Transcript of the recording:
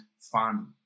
fun